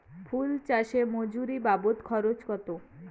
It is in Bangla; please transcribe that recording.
ফুল চাষে মজুরি বাবদ খরচ কত?